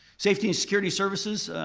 safety and security services,